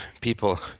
people